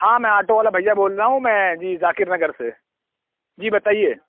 ہاں میں آٹو والا بھیا بول رہا ہوں میں جی ذاکر نگر سے جی بتائیے